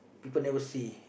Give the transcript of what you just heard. people never see